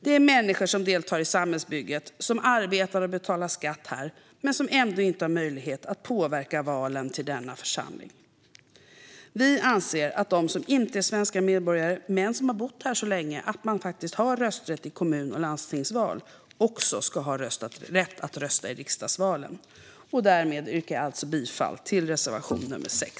Det är människor som deltar i samhällsbygget, som arbetar och betalar skatt här, men som ändå inte har möjlighet att påverka genom valen till denna församling. Vi anser att de som inte är svenska medborgare men som har bott här så länge att de har rösträtt i kommun och landstingsval också ska ha rätt att rösta i riksdagsvalen. Därmed yrkar jag alltså bifall till reservation nr 6.